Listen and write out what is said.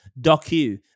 docu